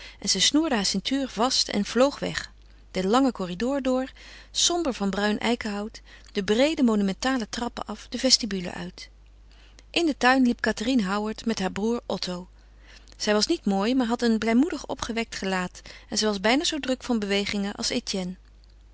en ze snoerde haar ceintuur vast en vloog weg den langen corridor door somber van bruin eikenhout de breede monumentale trappen af de vestibule uit in den tuin liep cathérine howard met haar broêr otto zij was niet mooi maar had een blijmoedig opgewekt gelaat en zij was bijna zoo druk van bewegingen als